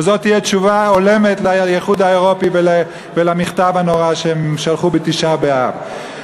וזאת תהיה תשובה הולמת לאיחוד האירופי ולמכתב הנורא שהם שלחו בתשעה באב.